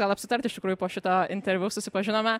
gal apsitart iš tikrųjų po šito interviu susipažinome